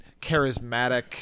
charismatic